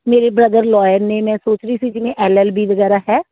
ਮੇਰੇ brother lawyer ਨੇ ਮੈਂ ਸੋਚ ਰਹੀ ਸੀ ਜਿਵੇਂ ਐੱਲ ਐੱਲ ਬੀ ਵਗੈਰਾ ਹੈ